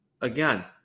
Again